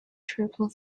triple